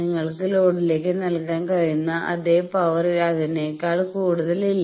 നിങ്ങൾക്ക് ലോഡിലേക്ക് നൽകാൻ കഴിയുന്ന അതെ പവർ അതിനേക്കാൾ കൂടുതൽ ഇല്ല